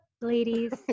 ladies